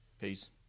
Peace